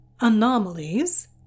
Anomalies